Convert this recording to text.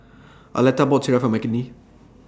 Arletta bought Sireh For Mckinley